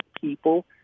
people